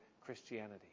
Christianity